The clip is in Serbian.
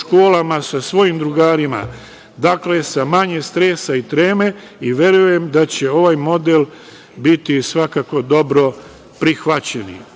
sa svojim drugarima, dakle sa manje stresa i treme. Verujem da će ovaj model biti svakako dobro prihvaćen. Poslanička